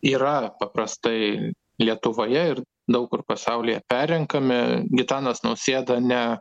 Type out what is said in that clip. yra paprastai lietuvoje ir daug kur pasaulyje perrenkami gitanas nausėda ne